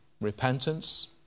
Repentance